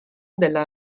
della